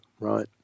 Right